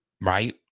right